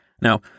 Now